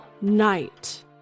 night